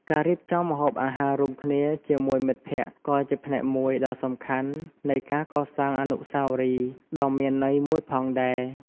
ការរៀបចំម្ហូបអាហាររួមគ្នាជាមួយមិត្តភក្តិក៏ជាផ្នែកមួយដ៏សំខាន់នៃការកសាងអនុស្សាវរីយ៍ដ៏មានន័យមួយផងដែរ។